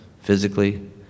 physically